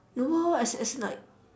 no as as in as in like